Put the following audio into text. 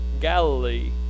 Galilee